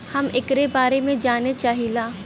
हम एकरे बारे मे जाने चाहीला?